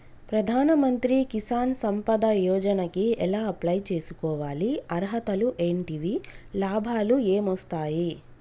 ప్రధాన మంత్రి కిసాన్ సంపద యోజన కి ఎలా అప్లయ్ చేసుకోవాలి? అర్హతలు ఏంటివి? లాభాలు ఏమొస్తాయి?